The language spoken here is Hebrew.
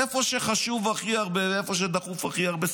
איפה שחשוב הכי הרבה ואיפה שזה דחוף הכי הרבה,